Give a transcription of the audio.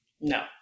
no